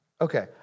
Okay